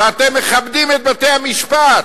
ואתם מכבדים את בתי-המשפט.